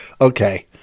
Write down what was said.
okay